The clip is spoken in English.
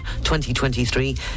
2023